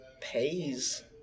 pays